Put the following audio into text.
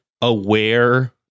aware